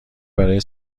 برای